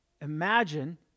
imagine